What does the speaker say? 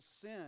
sin